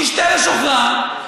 תשתה לשוכרה,